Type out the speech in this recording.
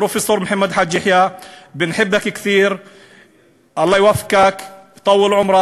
פרופסור מוחמד חאג' יחיא (אומר דברים בשפה הערבית,